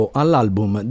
all'album